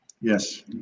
Yes